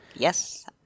Yes